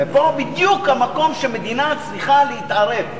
פה בדיוק המקום שמדינה צריכה להתערב.